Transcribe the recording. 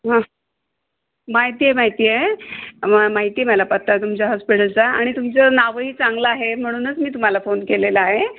हां माहिती आहे माहिती आहे म माहिती मला पत्ता तुमच्या हॉस्पिटलचा आणि तुमचं नावंही चांगलं आहे म्हणूनच मी तुम्हाला फोन केलेलं आहे